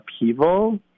upheaval